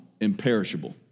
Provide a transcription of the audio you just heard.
imperishable